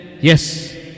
Yes